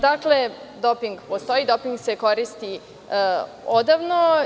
Dakle, doping postoji i doping se koristi odavno.